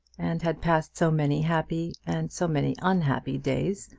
and had passed so many happy and so many unhappy days,